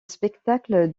spectacle